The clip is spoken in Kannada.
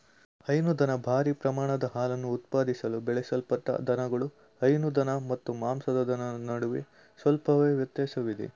ಹೈನುದನ ಭಾರೀ ಪ್ರಮಾಣದ ಹಾಲನ್ನು ಉತ್ಪಾದಿಸಲು ಬೆಳೆಸಲ್ಪಟ್ಟ ದನಗಳು ಹೈನು ದನ ಮತ್ತು ಮಾಂಸದ ದನದ ನಡುವೆ ಸ್ವಲ್ಪವೇ ವ್ಯತ್ಯಾಸವಿದೆ